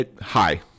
Hi